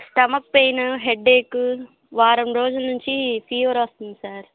stomach pain headache వారం రోజుల నుంచి ఫీవర్ వస్తుంది సార్